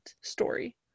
story